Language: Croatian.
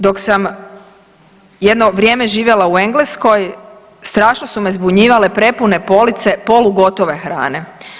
Dok sam jedno vrijeme živjela u Engleskoj strašno su me zbunjivale prepune police polugotove hrane.